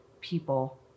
people